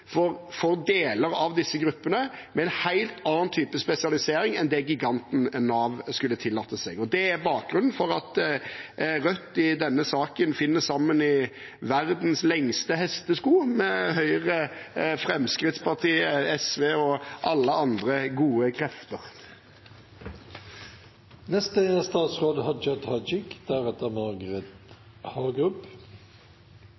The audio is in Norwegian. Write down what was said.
for deler av disse gruppene, med en helt annen type spesialisering enn det giganten Nav kan tillate seg. Det er bakgrunnen for at Rødt i denne saken finner sammen i verdens lengste hestesko med Høyre, Fremskrittspartiet, SV og alle andre gode krefter. Varig tilrettelagt arbeid er